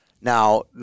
Now